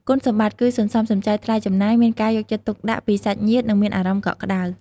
គុណសម្បត្តិគឺសន្សំសំចៃថ្លៃចំណាយ មានការយកចិត្តទុកដាក់ពីសាច់ញាតិ និងមានអារម្មណ៍កក់ក្ដៅ។